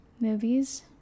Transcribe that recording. movies